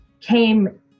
came